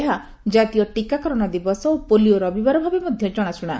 ଏହା 'ଜାତୀୟ ଟିକାକରଣ ଦିବସ' ଓ 'ପୋଲିଓ ରବିବାର' ଭାବେ ମଧ୍ୟ ଜଣାଶୁଣା